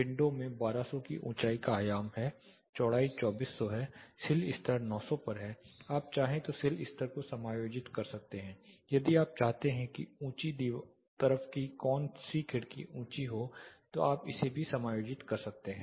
window में 1200 की ऊँचाई का आयाम है चौड़ाई 2400 है सिल स्तर 900 पर है आप चाहें तो सिल स्तर को समायोजित कर सकते हैं यदि आप चाहते हैं कि ऊँची तरफ की कौन सी खिड़की ऊँची हो तो आप इसे भी समायोजित कर सकते हैं